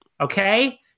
Okay